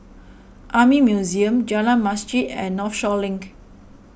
Army Museum Jalan Masjid and Northshore Link